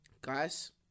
guys